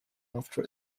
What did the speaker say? after